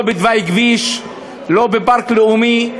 לא בתוואי כביש, לא בפארק לאומי,